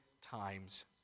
times